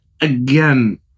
again